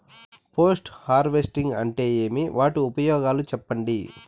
Post harvesting అంటే ఏమి? వాటి ఉపయోగాలు చెప్పండి?